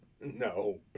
No